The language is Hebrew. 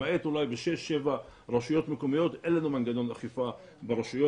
למעט אולי בשש-שבע רשויות מקומיות אין לנו מנגנון אכיפה ברשויות,